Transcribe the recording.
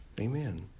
Amen